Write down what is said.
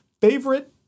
favorite